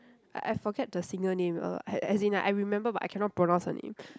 I I forget the singer name uh as as in I remember but I cannot pronounce her name